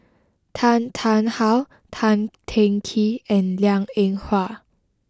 Tan Tarn How Tan Teng Kee and Liang Eng Hwa